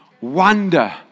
wonder